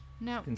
No